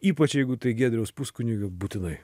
ypač jeigu tai giedriaus puskunigio būtinai